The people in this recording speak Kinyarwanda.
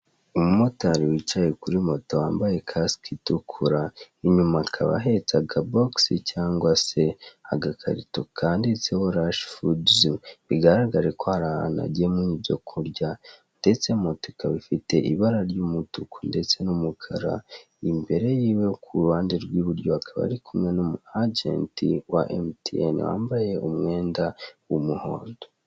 Umumotari wicaye kuri moto wambaye kasike itukura, inyuma akaba ahetsa akabogisi cyangwa se agakarito kanditseho rashifuduzi, bigaragare ko hari ahantu agemuye ibyo kurya ndetse moto ikaba ifite ibara ry'umutuku, ndetse n'umukara imbere yiwe ku ruhande rw'iburyo akaba ari kumwe n'umwajenti wa emutiyene wambaye umwenda w'umuhondo.